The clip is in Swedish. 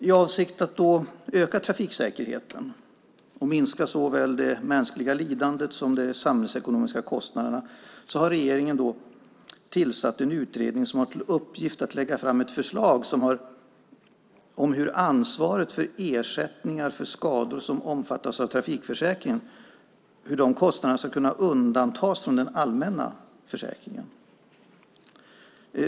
I avsikt att öka trafiksäkerheten och minska såväl det mänskliga lidandet som de samhällsekonomiska kostnaderna har regeringen tillsatt en utredning som har till uppgift att lägga fram ett förslag om hur kostnaderna för ersättningar för skador som omfattas av trafikförsäkringen ska kunna undantas från den allmänna försäkringen.